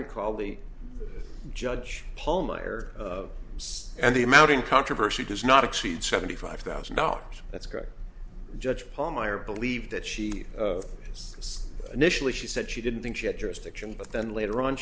recall the judge palmer and the amount in controversy does not exceed seventy five thousand dollars that's going to judge palmyra believe that she was initially she said she didn't think she had jurisdiction but then later on